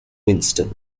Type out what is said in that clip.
winston